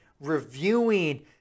reviewing